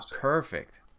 perfect